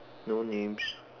no names